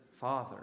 father